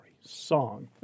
Song